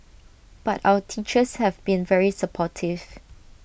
but our teachers have been very supportive